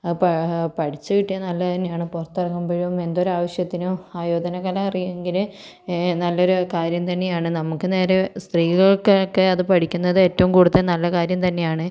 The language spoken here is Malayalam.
പാ പഠിച്ചു കിട്ടിയാൽ നല്ലതു തന്നെയാണ് പുറത്തിറങ്ങുമ്പോഴും എന്തൊരു ആവശ്യത്തിനും ആയോധനകല അറിയാമെങ്കിൽ നല്ലൊരു കാര്യം തന്നെയാണ് നമുക്ക് നേരെ സ്ത്രീകൾക്കൊക്കെ അത് പഠിക്കുന്നത് ഏറ്റവും കൂടുതൽ നല്ല കാര്യം തന്നെയാണ്